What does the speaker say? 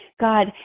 god